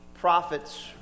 prophets